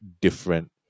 different